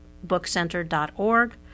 bookcenter.org